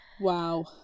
Wow